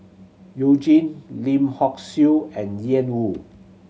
You Jin Lim Hock Siew and Ian Woo